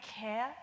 care